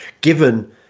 given